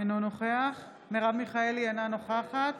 אינו נוכח מרב מיכאלי, אינה נוכחת